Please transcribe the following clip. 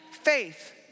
Faith